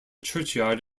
churchyard